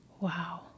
Wow